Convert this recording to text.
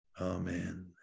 Amen